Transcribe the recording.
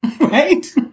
right